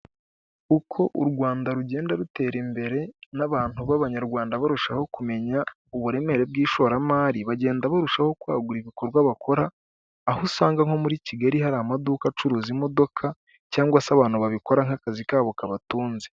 Uko u Rwanda rugenda rutera imbere, n'abantu b'abanyarwanda barushaho kumenya uburemere bw'ishoramari, bagenda barushaho kwagura ibikorwa bakora, aho usanga nko muri Kigali hari amaduka acuruza imodoka, cyangwa se abantu babikora nk'akazi kabo kabatunze.